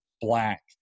black